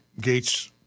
gates